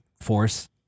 force